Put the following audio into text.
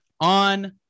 on